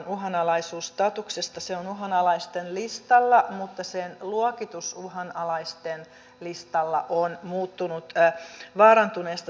se on uhanalaisten listalla mutta sen luokitus uhanalaisten listalla on muuttunut vaarantuneesta silmällä pidettäväksi